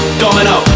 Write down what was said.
domino